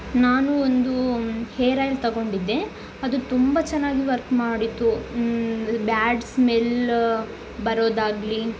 ನಾನು ಒಂದು hair oil ತಗೊಂಡಿದ್ದೆ ಅದು ತುಂಬ ಚೆನ್ನಾಗಿ ವರ್ಕ್ ಮಾಡಿತ್ತು ಬ್ಯಾಡ್ ಸ್ಮೆಲ್ಲ ಬರೋದಾಗಲಿ